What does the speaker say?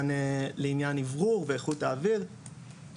לעניין אוורור ואיכות האוויר,